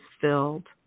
filled